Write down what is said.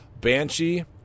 Banshee